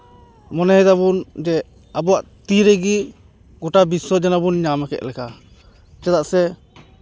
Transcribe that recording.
ᱢᱚᱱᱮᱭ ᱫᱟᱵᱚᱱ ᱡᱮ ᱟᱵᱚᱣᱟᱜ ᱛᱤ ᱨᱮᱜᱮ ᱜᱚᱴᱟ ᱵᱤᱥᱥᱚ ᱡᱮᱢᱚᱱ ᱵᱚᱱ ᱧᱟᱢ ᱠᱮᱫ ᱞᱮᱠᱟ ᱪᱮᱫᱟᱜ ᱥᱮ